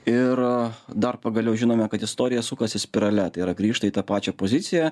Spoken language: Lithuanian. ir dar pagaliau žinome kad istorija sukasi spirale tai yra grįžta į tą pačią poziciją